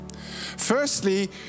Firstly